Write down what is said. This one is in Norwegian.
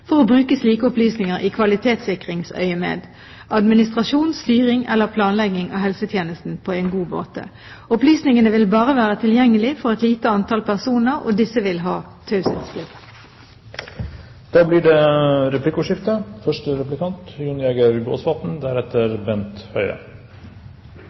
for å bruke slike opplysninger i kvalitetssikringsøyemed, administrasjon, styring eller planlegging av helsetjenesten. Opplysningene vil bare være tilgjengelig for et lite antall personer, og disse vil ha taushetsplikt. Det blir replikkordskifte.